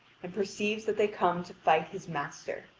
and perceives that they come to fight his master.